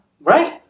Right